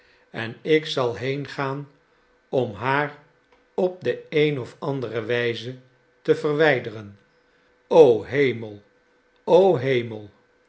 en ik zal heengaan om haar op de een of andere wijze te verwijderen o hemel o hemel